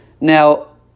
Now